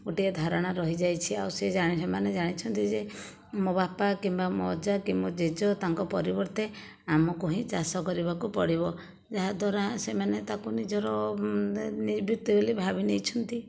ଗୋଟିଏ ଧାରଣା ରହିଯାଇଛି ଆଉ ସେ ସେମାନେ ଜାଣିଛନ୍ତି ଯେ ମୋ ବାପା କିମ୍ବା ମୋ ଅଜା କି ମୋ ଜେଜ ତାଙ୍କ ପରିବର୍ତ୍ତେ ଆମକୁ ହିଁ ଚାଷ କରିବାକୁ ପଡ଼ିବ ଯାହାଦ୍ୱାରା ସେମାନେ ତାକୁ ନିଜର ବୃତ୍ତି ବୋଲି ଭାବି ନେଇଛନ୍ତି